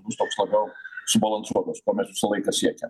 bus toks labiau subalansuotas ko mes visą laiką siekia